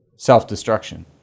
self-destruction